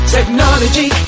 Technology